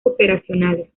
operacionales